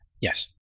Yes